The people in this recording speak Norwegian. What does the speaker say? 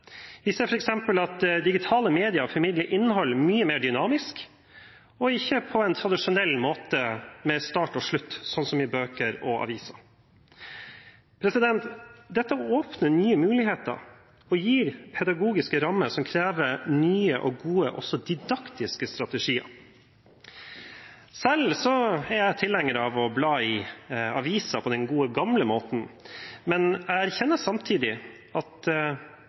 Vi ser f.eks. at digitale medier formidler innhold mye mer dynamisk og ikke på en tradisjonell måte med start og slutt, som i bøker og aviser. Dette åpner nye muligheter og gir pedagogiske rammer som krever nye og gode også didaktiske strategier. Selv er jeg tilhenger av å bla i aviser på den gode, gamle måten, men erkjenner samtidig – og jeg er trolig heller ingen stor spåmann – at